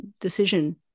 decision